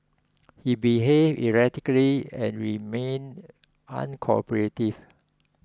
he behaved erratically and remained uncooperative